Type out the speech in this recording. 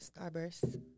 starburst